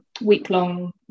week-long